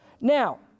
Now